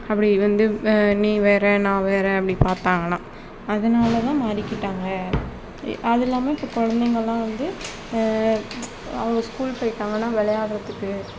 அப்படி வந்து நீ வேறே நான் வேறே அப்படி பார்த்தாங்கன்னா அதனால் தான் மாறிக்கிட்டாங்க அது இல்லாமல் இப்போ குழந்தைங்க எல்லாம் வந்து அவங்க ஸ்கூல் போயிட்டாங்கன்னா விளையாடறதுக்கு